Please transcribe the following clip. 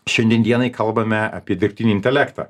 šiandien dienai kalbame apie dirbtinį intelektą